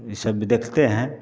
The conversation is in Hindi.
ये सब भी देखते हैं